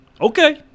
Okay